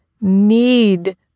need